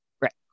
Right